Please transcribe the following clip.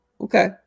Okay